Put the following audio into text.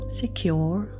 secure